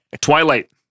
Twilight